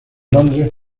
londres